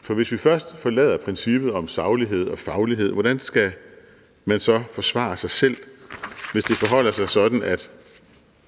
For hvis vi først forlader princippet om saglighed og faglighed, og hvis det forholder sig sådan, at